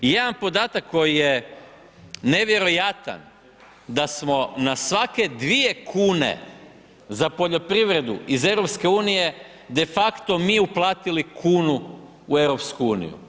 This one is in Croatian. Jedan podatak koji je nevjerojatan da smo na svake 2,00 kn za poljoprivredu iz EU defakto mi uplatili kunu u EU.